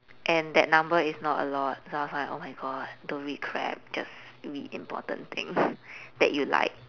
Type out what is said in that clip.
and that number is not a lot so I was like oh my god don't read crap just read important things that you like